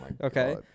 okay